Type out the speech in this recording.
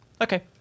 Okay